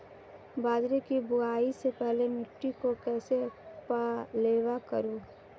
बाजरे की बुआई से पहले मिट्टी को कैसे पलेवा करूं?